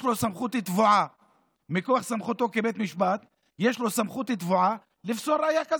יש לו סמכות לתבוע לפסול ראיה כזאת,